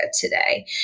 today